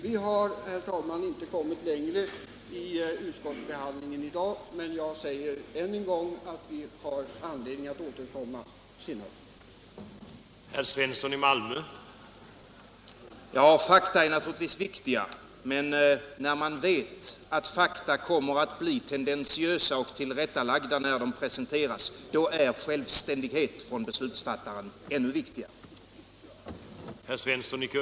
Vi har, herr talman, den här gången inte kommit längre i utskottsbehandlingen, men jag säger än en gång att vi får anledning att återkomma senare.